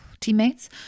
teammates